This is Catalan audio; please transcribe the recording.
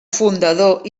fundador